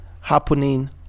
happening